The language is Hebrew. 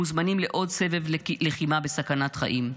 מוזמנים לעוד סבב לחימה בסכנת חיים.